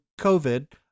covid